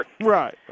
Right